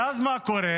ואז מה קורה?